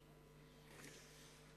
לרשותך עשר דקות.